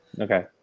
Okay